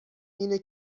اینه